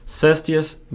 Cestius